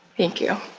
thank you.